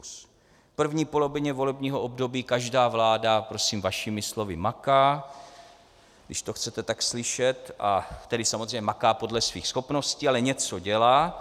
V první polovině volebního období každá vláda vašimi slovy maká, když to chcete tak slyšet, tedy samozřejmě maká podle svých schopností, ale něco dělá.